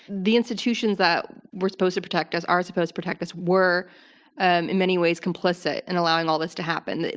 the institutions that we're supposed to protect us are supposed protect us were and in many ways complicit in allowing all this to happen.